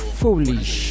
foolish